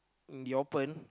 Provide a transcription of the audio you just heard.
in the open